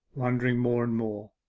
wondering more and more.